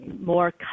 more